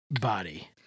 body